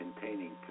containing